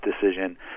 decision